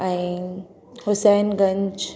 ऐं हुसैनगंज